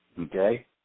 okay